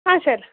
ಹಾಂ ಸರ್